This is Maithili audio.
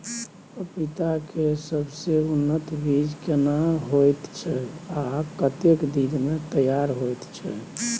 पपीता के सबसे उन्नत बीज केना होयत छै, आ कतेक दिन में तैयार होयत छै?